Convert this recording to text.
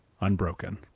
unbroken